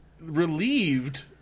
Relieved